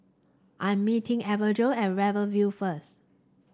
I'm meeting Imogene at Rivervale first